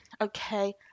okay